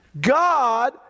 God